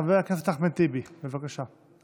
חבר הכנסת אחמד טיבי, בבקשה.